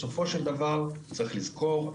בסופו של דבר צריך לזכור,